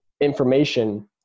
information